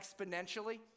exponentially